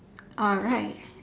alright